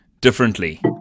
differently